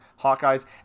Hawkeyes